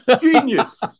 genius